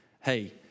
hey